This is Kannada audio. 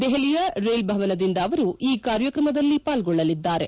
ದೆಷಲಿಯ ರೇಲ್ ಭವನದಿಂದ ಅವರು ಈ ಕಾರ್ಯಕ್ರಮದಲ್ಲಿ ಪಾಲ್ಗೊಳ್ಳಲಿದ್ದಾರೆ